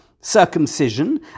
circumcision